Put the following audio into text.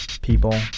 people